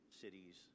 cities